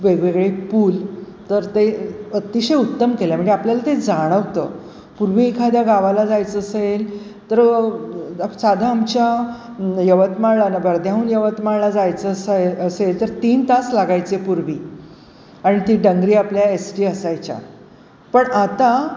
वेगवेगळे पूल तर ते अतिशय उत्तम केलं आहे म्हणजे आपल्याला ते जाणवतं पूर्वी एखाद्या गावाला जायचं असेल तर साधा आमच्या यवतमाळला ना बर्ध्याहून यवतमाळला जायचं असं ए असेल तर तीन तास लागायचे पूर्वी आणि ती डंगरी आपल्या एस टी असायच्या पण आता